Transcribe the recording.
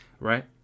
right